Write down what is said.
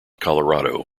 colorado